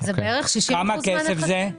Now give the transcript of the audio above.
וזו האחריות על ארגון